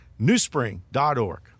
newspring.org